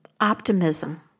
optimism